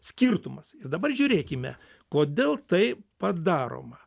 skirtumas ir dabar žiūrėkime kodėl tai padaroma